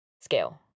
scale